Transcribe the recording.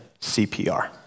CPR